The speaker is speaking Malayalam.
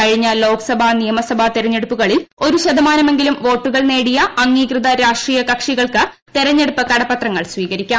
കഴിഞ്ഞ ലോക്സഭ നിയമസഭാ തെരഞ്ഞെടുപ്പുകളിൽ ഒരു ശതമാനമെങ്കിലും നേടിയ അംഗീകൃത രാഷ്ട്രീയ കക്ഷികൾക്ക് വോട്ടുകൾ തെരഞ്ഞെടുപ്പ് കടപ്പത്രങ്ങൾ സ്വീകരിക്കാം